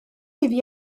iddi